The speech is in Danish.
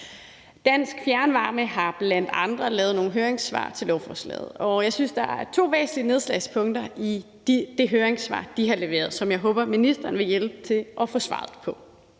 Dansk Fjernvarme er bl.a. kommet med høringssvar til forslaget, og jeg synes, der er to væsentlige nedslagspunkter i det høringssvar, de er kommet med, som jeg håber ministeren vil hjælpe til at få svaret på.